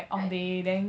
what